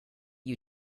you